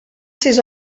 sis